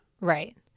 Right